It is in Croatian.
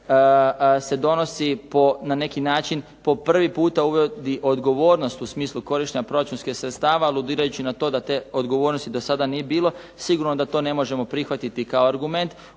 se donosi i na neki način po prvi puta uvodi odgovornost u smislu korištenja proračunskih sredstava aludirajući na to da te odgovornosti do sada nije bilo. Sigurno da to ne možemo prihvatiti kao argument,